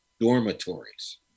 dormitories